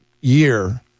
year